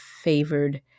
favored